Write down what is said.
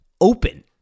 open